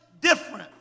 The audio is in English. different